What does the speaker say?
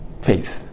faith